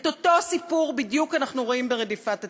את אותו סיפור בדיוק אנחנו רואים ברדיפת התקשורת.